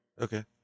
Okay